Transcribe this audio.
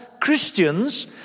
Christians